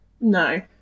No